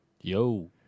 Yo